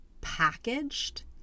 packaged